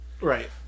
Right